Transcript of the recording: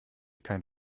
keinen